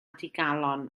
digalon